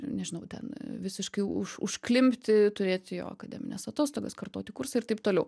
nežinau ten visiškai už užklimpti turėti jo akademines atostogas kartoti kursą ir taip toliau